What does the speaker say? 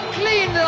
clean